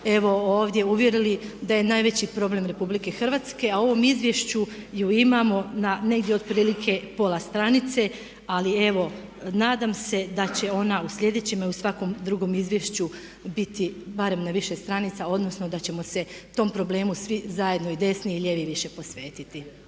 evo ovdje uvjerili da je najveći problem RH a u ovom izvješću je imamo na negdje otprilike pola stranice. Ali evo nadam se da će ona u sljedećem i u svakom drugom izvješću biti barem na više stranica odnosno da ćemo se tom problemu svi zajedno, i desni i lijevi, više posvetiti.